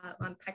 on